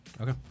Okay